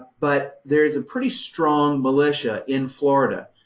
but there's a pretty strong militia in florida,